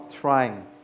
trying